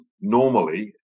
normally